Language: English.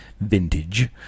vintage